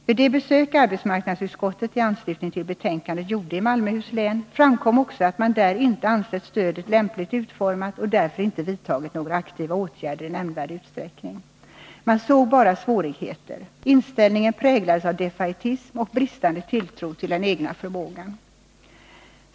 Vid det besök arbetsmarknadsutskottet i anslutning till behandlingen av detta ärende gjorde i Malmöhus län framkom också att man där inte ansett stödet lämpligt utformat och därför inte vidtagit några aktiva åtgärder i nämnvärd utsträckning. Man såg bara svårigheter. Inställningen präglades av defaitism och bristande tilltro till den egna förmågan.